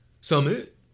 Summit